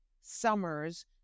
summers